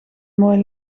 mooi